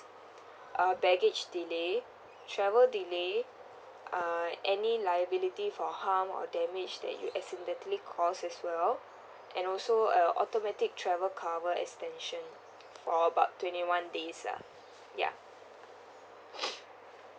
uh baggage delay travel delay uh any liability for harm or damage that you accidentally caused as well and also a automatic travel covered extension for about twenty one days lah ya